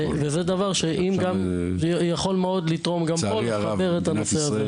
וזה דבר שגם יכול מאוד לתרום גם פה לשפר את הנושא הזה.